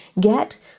get